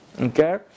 Okay